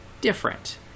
different